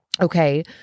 Okay